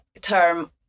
term